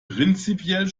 prinzipiell